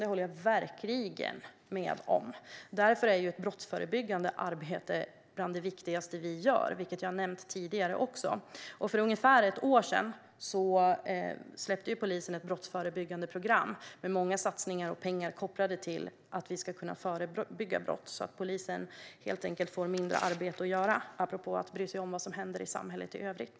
Det håller jag verkligen med om. Därför är ett brottsförebyggande arbete bland det viktigaste vi gör, vilket jag också har nämnt tidigare. För ungefär ett år sedan släppte polisen ett brottsförebyggande program, med många satsningar och pengar för att förebygga brott så att polisen helt enkelt får mindre arbete att göra - apropå att bry sig om vad som händer i samhället i övrigt.